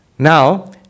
Now